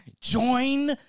Join